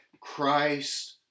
Christ